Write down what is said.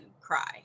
cry